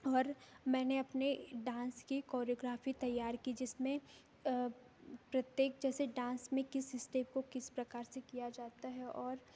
और मैंने अपने डांस की कोरियोग्राफी तैयार की जिसमें प्रत्येक जैसे डांस में किस स्टेप को किस प्रकार से किया जाता है और